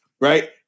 right